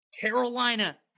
Carolina